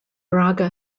braga